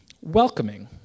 Welcoming